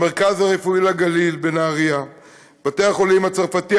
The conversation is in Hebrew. המרכז הרפואי לגליל בנהריה ובתי-החולים הצרפתי,